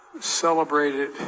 celebrated